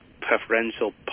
preferential